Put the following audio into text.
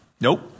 Nope